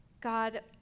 God